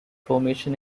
formation